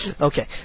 Okay